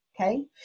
Okay